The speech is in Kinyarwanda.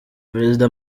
perezida